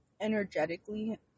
energetically